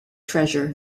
treasure